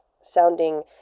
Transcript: sounding